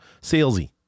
salesy